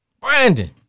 Brandon